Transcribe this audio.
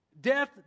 Death